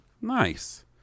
nice